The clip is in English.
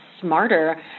smarter